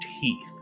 Teeth